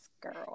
girl